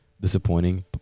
disappointing